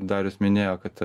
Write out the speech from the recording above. darius minėjo kad